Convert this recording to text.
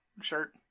shirt